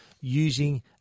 using